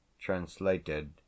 translated